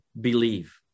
believe